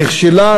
נכשלה,